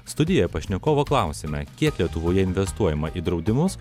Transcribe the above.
studijoj pašnekovo klausiame kiek lietuvoje investuojama į draudimus